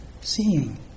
Seeing